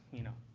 you know,